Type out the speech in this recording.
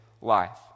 life